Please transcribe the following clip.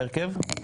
ההרכב.